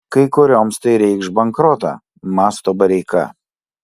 kai kurioms tai reikš bankrotą mąsto bareika